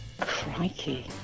Crikey